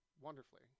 wonderfully